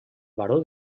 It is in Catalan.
baró